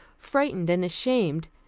frightened and ashamed,